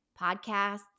podcasts